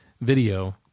video